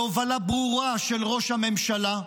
בהובלה ברורה של ראש הממשלה,